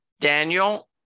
Daniel